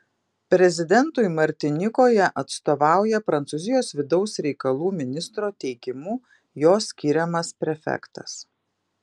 prezidentui martinikoje atstovauja prancūzijos vidaus reikalų ministro teikimu jo skiriamas prefektas